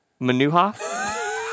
Manuha